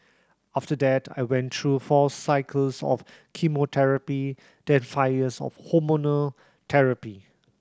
after that I went through four cycles of chemotherapy then five years of hormonal therapy